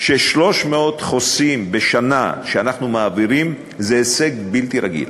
שהעברת 300 חוסים בשנה היא הישג בלתי רגיל.